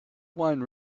wine